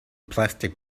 plastic